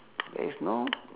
there is no